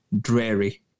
dreary